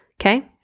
Okay